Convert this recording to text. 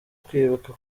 kwibuka